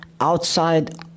outside